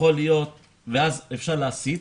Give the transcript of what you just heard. יכול להיות ואז אפשר להסיט.